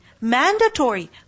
Mandatory